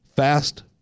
fast